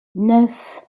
neuf